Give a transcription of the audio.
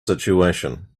situation